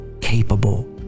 capable